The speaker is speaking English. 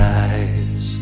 eyes